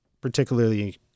particularly